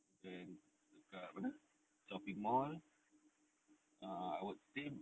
then dekat mana shopping mall err I would say